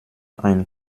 ein